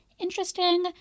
interesting